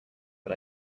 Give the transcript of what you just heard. but